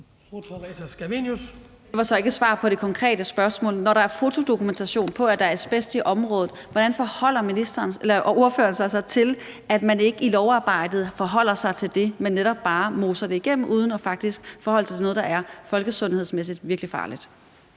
Det var så ikke et svar på det konkrete spørgsmål. Når der er fotodokumentation på, at der er asbest i området, hvordan forholder ordføreren sig så til, at man ikke i lovarbejdet forholder sig til det, men netop bare moser det igennem uden faktisk at forholde sig til noget, der er folkesundhedsmæssigt virkelig farligt?